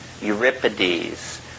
Euripides